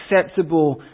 acceptable